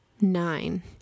nine